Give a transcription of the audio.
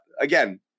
again